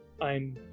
I'm-